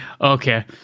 okay